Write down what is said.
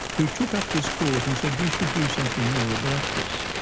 who took up this cause and said, we should do something more about this.